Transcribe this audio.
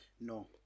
no